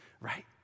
right